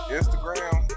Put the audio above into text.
Instagram